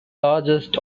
largest